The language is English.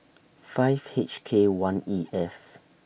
five H K one E F